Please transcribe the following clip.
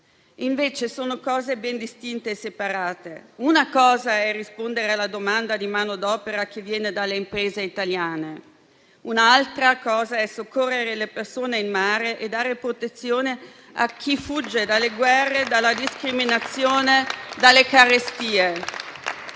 Invece sono cose ben distinte e separate. Una cosa è rispondere alla domanda di manodopera che viene dalle imprese italiane, un'altra è soccorrere le persone in mare e dare protezione a chi fugge dalle guerre, dalla discriminazione o dalle carestie.